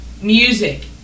music